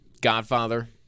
Godfather